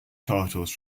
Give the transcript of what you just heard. titles